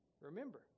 Remember